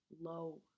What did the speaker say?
low